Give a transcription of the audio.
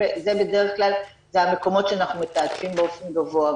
בדרך כלל זה המקומות שאנחנו מתעדפים באופן גבוה.